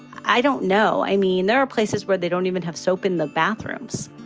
i don't know. i mean, there are places where they don't even have soap in the bathrooms